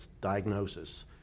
diagnosis